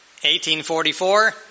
1844